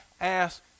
Ask